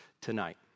tonight